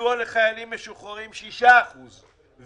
סיוע לחיילים משוחררים 6% ועוד.